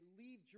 leave